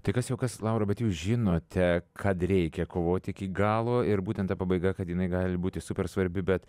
tai kas jau kas laura bet jūs žinote kad reikia kovoti iki galo ir būtent ta pabaiga kad jinai gali būti super svarbi bet